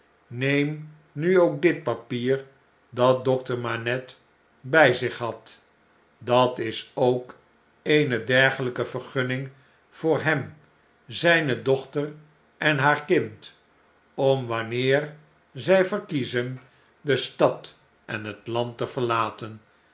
neem nu ook dit papier dat dokter manette by zich had dat is ook eene dergeiyke vergunning voor hem zjjne dochter en haar kind om wanneer zij verkiezen de stad en het land te verlaten